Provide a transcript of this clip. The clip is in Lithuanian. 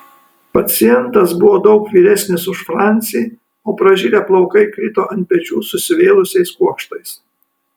pacientas buvo daug vyresnis už francį o pražilę plaukai krito ant pečių susivėlusiais kuokštais